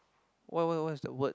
what what what's that word